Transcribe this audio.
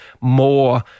more